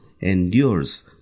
endures